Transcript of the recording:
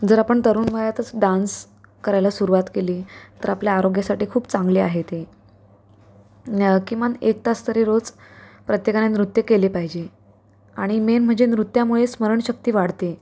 जर आपण तरुण वयातच डान्स करायला सुरुवात केली तर आपल्या आरोग्यासाठी खूप चांगले आहे ते किमान एक तास तरी रोज प्रत्येकाने नृत्य केले पाह्यजे आणि मेन म्हजे नृत्यामुळे स्मरणशक्ती वाढते